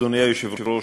אדוני היושב-ראש,